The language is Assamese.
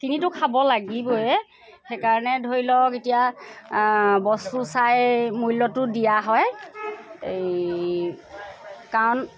কিনিতো খাব লাগিবয়ে সেইকাৰণে ধৰি লওক এতিয়া বস্তু চাই মূল্যটো দিয়া হয় এই কাৰণ